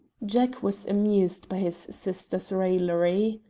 jack was amused by his sister's raillery.